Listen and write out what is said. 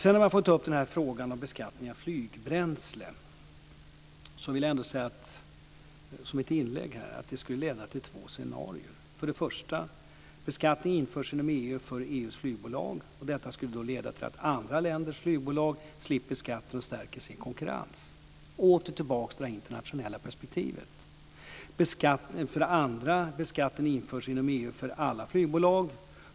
Sedan vill jag ta upp frågan om beskattning av flygbränsle. Jag vill som ett inlägg här säga att det skulle leda till två scenarier. För det första: Beskattning införs inom EU för EU:s flygbolag. Detta skulle då leda till att andra länders flygbolag slipper skatten och stärker sin konkurrensförmåga. Vi är då åter tillbaka vid det internationella perspektivet. För det andra: Beskattning införs inom EU för alla flygbolag.